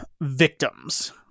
Victims